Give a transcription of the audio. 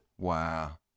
Wow